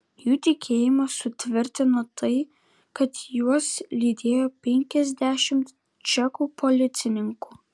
jų tikėjimą sutvirtino tai kad juos lydėjo penkiasdešimt čekų policininkų